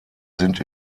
sind